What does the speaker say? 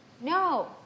No